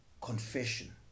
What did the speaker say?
confession